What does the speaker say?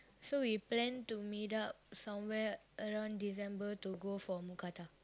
so we plan to meet up somewhere around December to go for mookata